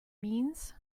means